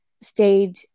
stayed